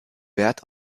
wert